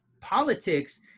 politics